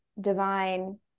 divine